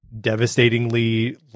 devastatingly